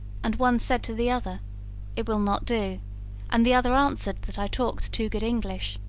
and one said to the other it will not do and the other answered that i talked too good english.